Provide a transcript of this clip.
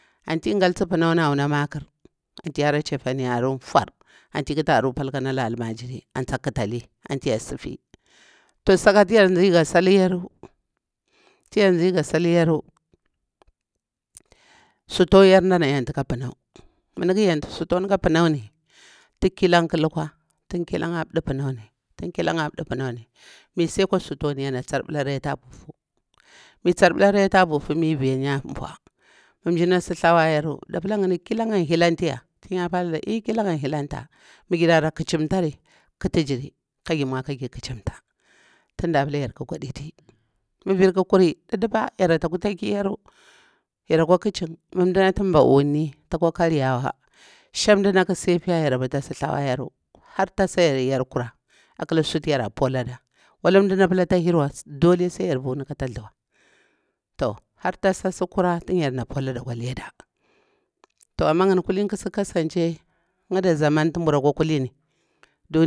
Auti ngalti panau aunah maƙar anti hara cefani aru, nmurfa, anti ƙuti aru ƙah nah almajiri. Anti tah katai, anti yar sifi ya. Toh sakati yar nzi gah saliya ru, ti yar nzi ga saliyaru, store yaru ndana yauta kah panau, mah nda kau yauti storemi kah panawni, ti kilau ƙu lukwa, tin kilah a ɓɗa panawni, misi ɗkwa stone ni, yana tsirɗula rita buhu mi tsirɗala rita buhu mi vi nyabwa, mah nyina si thlawa yaru da pala ngani kilan an hilanti ya, tin ya palada tin ya palaɗa ti kilau an huilanta, mi girarah ƙuamtari ƙuti giri kajir nmu kajir kacimta, tin da palah yar ka gwaditi mah vir kuh kuri ɗuɗɗupa yarata ƙutalir yaru, yarakwa mah nƙina tu nɗaurni takwa karyawa. Shan ndah sifiya yaru abar tah si thlawa yaru har tasaua yaru kura akalah suti yara puladah walah ndah nati apala ta hirwa duli sai yar vuni kata thuwa. Toh harta sa su lura tin yarna pulaɗa akwa leda, toh amah ngani kulini ƙu kasance angada zaman tu nburuwa kulini